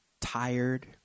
tired